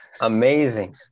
amazing